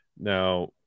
Now